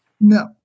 No